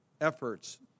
efforts